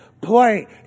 play